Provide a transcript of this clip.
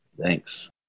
thanks